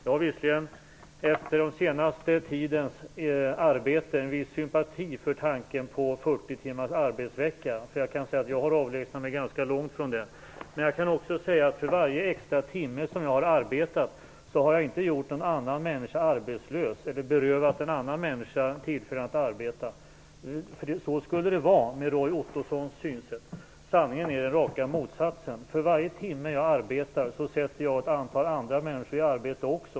Jag har visserligen efter den senaste tidens arbete en viss sympati för tanken på 40 timmars arbetsvecka - jag har nämligen avlägsnat mig ganska långt från det. Men för varje extra timme som jag har arbetat har jag inte gjort någon annan människa arbetslös eller berövat någon annan människa tillfälle att arbeta. Så skulle det vara med Roy Ottossons synsätt. Sanningen är den rakt motsatta. För varje timme jag arbetar sätter jag även ett antal andra människor i arbete.